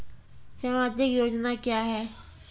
समाजिक योजना क्या हैं?